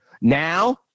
Now